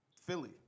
Philly